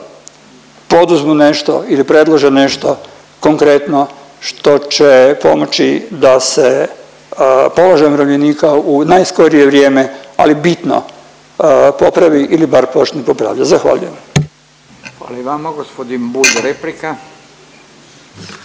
poduzmu nešto ili predlože nešto konkretno što će pomoći da se položaj umirovljenika u najskorije vrijeme ali bitno popravi ili bar počne popravljat. Zahvaljujem. **Radin, Furio